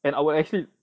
and I would actually